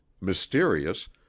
mysterious